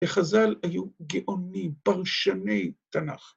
חז"ל היו גאונים פרשני תנ״ך.